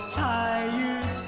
tired